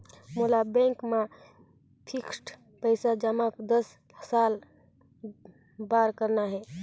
मोला बैंक मा फिक्स्ड पइसा जमा दस साल बार करना हे?